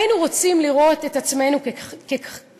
היינו רוצים לראות את עצמנו ככאלה,